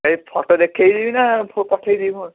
ଆଜ୍ଞା ଫଟୋ ଦେଖାଇବି ନା ପଠାଇ ଦେବି ମୁଁ